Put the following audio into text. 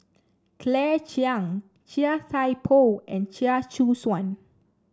Claire Chiang Chia Thye Poh and Chia Choo Suan